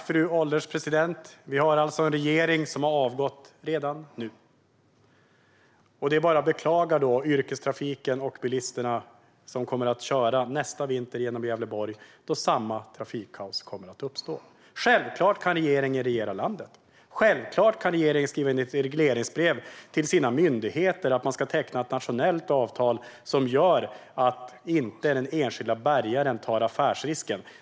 Fru ålderspresident! Vi har alltså en regering som har avgått redan nu. Det är därför bara att beklaga yrkestrafiken och bilisterna som kommer att köra genom Gävleborg nästa vinter, då samma trafikkaos kommer att uppstå. Självklart kan regeringen regera landet! Självklart kan regeringen skriva in i regleringsbrev till sina myndigheter att det ska tecknas ett nationellt avtal som gör att inte den enskilde bärgaren tar affärsrisken.